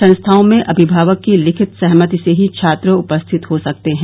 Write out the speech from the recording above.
संस्थाओं में अभिभावक की लिखित सहमति से ही छात्र उपस्थित हो सकते हैं